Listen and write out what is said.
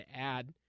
add